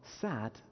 sad